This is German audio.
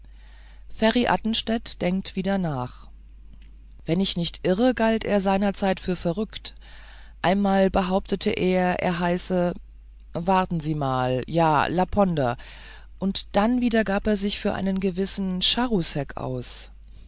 athenstädt denkt wieder nach wenn ich nicht irre galt er seinerzeit für verrückt einmal behauptete er er hieße warten sie mal ja laponder und dann wieder gab er sich für einen gewissen charousek aus